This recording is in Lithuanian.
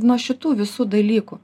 nuo šitų visų dalykų